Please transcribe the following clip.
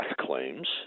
claims